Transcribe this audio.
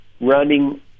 running